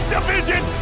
Division